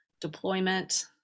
deployment